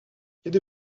qu’est